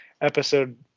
episode